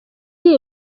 iri